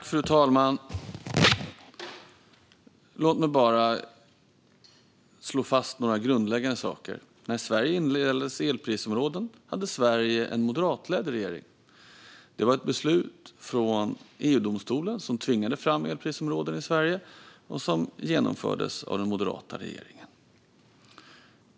Fru talman! Låt mig slå fast några grundläggande saker. När Sverige införde elprisområden hade Sverige en moderatledd regering. Ett beslut från EU-domstolen tvingade fram elprisområden i Sverige, och det genomfördes av den moderatledda regeringen.